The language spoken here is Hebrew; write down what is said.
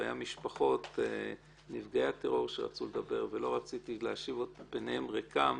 והיו משפחות נפגעי הטרור שרצו לדבר ולא רציתי להשיב את פניהם ריקים,